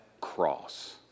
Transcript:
cross